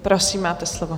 Prosím, máte slovo.